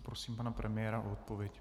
Poprosím pana premiéra o odpověď.